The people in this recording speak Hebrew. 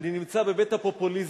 אני נמצא בבית הפופוליזם.